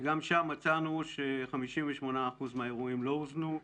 וגם שם מצאנו ש-58 אחוזים מהאירועים לא הוזנו.